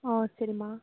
ஓ சரிமா